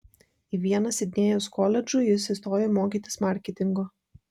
į vieną sidnėjaus koledžų jis įstojo mokytis marketingo